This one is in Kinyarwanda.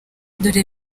dore